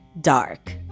dark